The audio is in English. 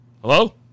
Hello